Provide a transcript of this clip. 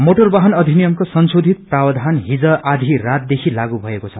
motor वाहन अधिनियिमको संशोधित प्रावधान हिज आधी रातदेहि लागू भएको छ